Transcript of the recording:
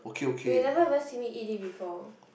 you never even see me eat it before